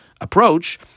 approach